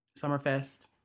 Summerfest